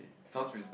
sounds reasonable